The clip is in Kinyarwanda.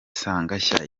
sagashya